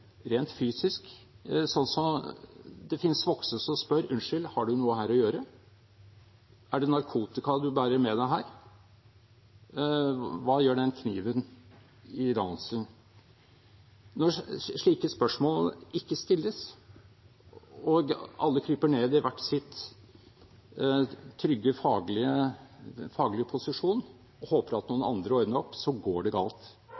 rent fysisk, og at det finnes voksne som spør: Unnskyld, har du noe her å gjøre? Er det narkotika du bærer med deg her? Hva gjør den kniven i ranselen? Når slike spørsmål ikke stilles, og alle kryper ned i hver sin trygge, faglige posisjon og håper at noen andre ordner opp, går det galt.